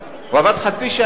הוא עבד חצי שנה.